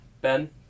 Ben